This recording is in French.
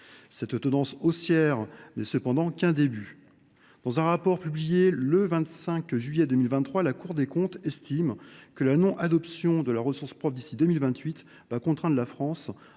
cette tendance haussière n’est qu’un début. Dans un rapport publié le 25 juillet 2023, la Cour des comptes estime que la non adoption de ressources propres d’ici à 2028 contraindra la France